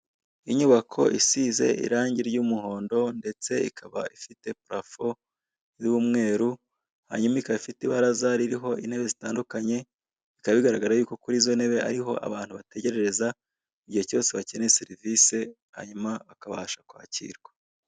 Inyubako isize irange ry'umuhondo ndetse ikaba ifite parafo y'umweru, hanyuma ikaba ifite ibaraza ririho intebe zitandukanye, bikaba bigaragarako kurizo ntebe ariho abantu bategerereza igihe cyose bacyeneye serivise, hanyuma bakaba kwakirwa.